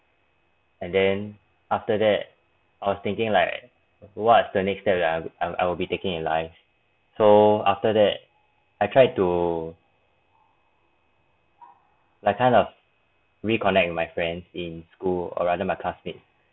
and then after that I was thinking like what's the next step lah I I will be taking in life so after that I try to like kind of reconnect with my friends in school or rather my classmate